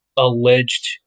alleged